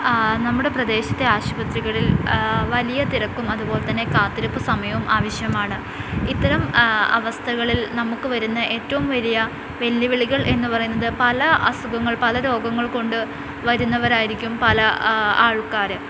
നമ്മുടെ പ്രദേശത്തെ ആശുപത്രികളിൽ വലിയ തിരക്കും അതുപോലെതന്നെ കാത്തിരുപ്പു സമയവും ആവിശ്യമാണ് ഇത്തരം അവസ്ഥകളിൽ നമുക്ക് വരുന്ന ഏറ്റവും വലിയ വെല്ലുവിളികൾ എന്നുപറയുന്നത് പല അസുഖങ്ങൾ പല രോഗങ്ങൾ കൊണ്ട് വരുന്നവരായിരിക്കും പല ആൾക്കാര്